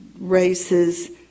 races